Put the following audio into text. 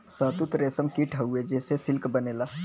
शहतूत रेशम कीट हउवे जेसे सिल्क बनेला